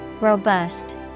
Robust